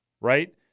right